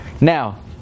Now